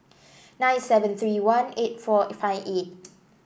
nine seven three one eight four five eight